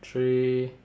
three